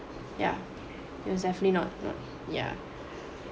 ya it was definitely not not ya